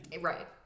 Right